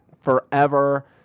forever